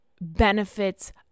benefits